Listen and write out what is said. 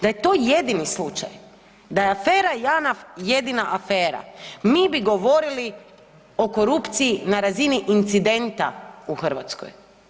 Da je to jedini slučaj da je afera Janaf jedina afera mi bi govorili o korupciji na razini incidenta u Hrvatskoj.